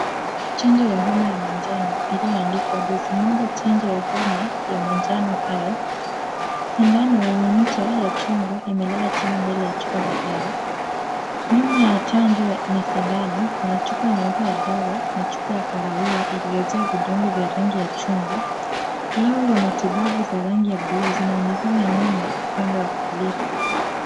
Chanjo ya homa ya manjano iliyoandikwa dozi moja chanjo ya homa ya manjano hai. Sindano wenye ncha ya chungwa imelala chini mbele ya chupa za dawa. Nyuma ya chanjo na sindano kuna chupa nyeupe ya dawa na chupa ya kahawia iliyojaa vidonge vya rangi ya chungwa. Glavu vya matibabu za rangi ya bluu zinaonekana nyuma upande wa kulia.